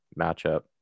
matchup